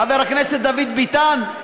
חבר הכנסת דוד ביטן?